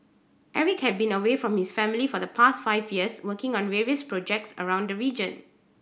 Eric had been away from his family for the past five years working on various projects around the region